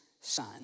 son